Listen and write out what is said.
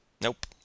Nope